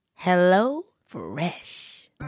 HelloFresh